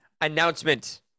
Announcement